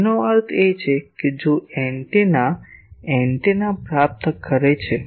તેનો અર્થ એ કે જો એન્ટેના એન્ટેના પ્રાપ્ત કરે છે